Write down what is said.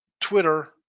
Twitter